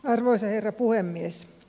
arvoisa herra puhemies